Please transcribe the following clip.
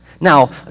Now